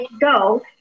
go